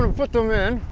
and put them in.